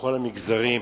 בכל המגזרים.